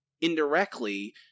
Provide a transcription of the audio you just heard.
indirectly